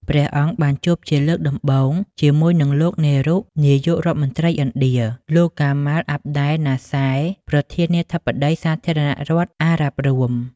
ព្រះអង្គបានជួបជាលើកដំបូងជាមួយនឹងលោក នេរុ នាយរដ្ឋមន្រ្តីឥណ្ឌា លោក ហ្គាម៉ាល់ អាប់ ដែល ណាស្ស៊ែរ ប្រធានាធិបតីសាធារណរដ្ឋអារ៉ាប់រួម។